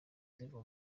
ziva